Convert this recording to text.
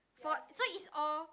for so is all